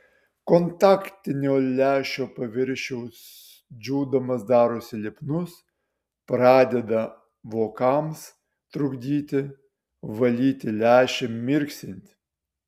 kontaktinio lęšio paviršius džiūdamas darosi lipnus pradeda vokams trukdyti valyti lęšį mirksint